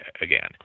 again